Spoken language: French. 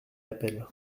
appelle